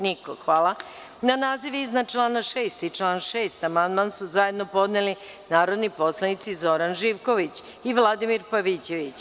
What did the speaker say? Da li neko želi reč? (Ne.) Na naziv iznad člana 6. i član 6. amandman su zajedno podneli narodni poslanici Zoran Živković i Vladimir Pavićević.